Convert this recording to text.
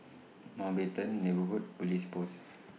Mountbatten Neighbourhood Police Post